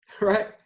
right